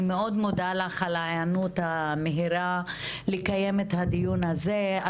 אני מאוד מודה לך על ההיענות המהירה לקיים את הדיון הזה.